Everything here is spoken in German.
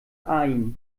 ain